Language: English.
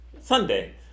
Sunday